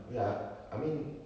ya I mean